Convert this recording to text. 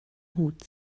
hut